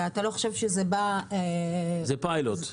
ואתה לא חושב שזה בא --- זה פיילוט.